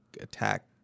attack